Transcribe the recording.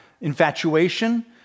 infatuation